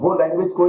language